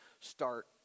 start